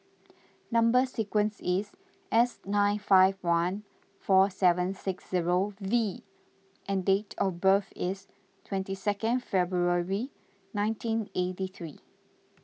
Number Sequence is S nine five one four seven six zero V and date of birth is twenty second February nineteen eighty three